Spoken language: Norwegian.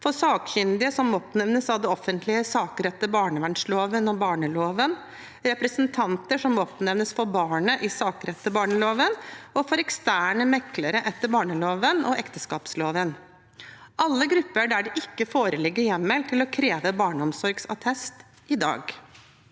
for sakkyndige som oppnevnes av det offentlige i saker etter barnevernsloven og barneloven, representanter som oppnevnes for barnet i saker etter barneloven, og eksterne meklere etter barneloven og ekteskapsloven. Alle disse er grupper der det ikke foreligger hjemmel til å kreve barneomsorgsattest i dag.